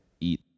eat